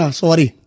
sorry